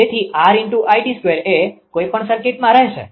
તેથી 𝑅𝐼𝑑2 એ કોઈપણ સર્કિટમાં રહેશે